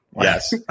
Yes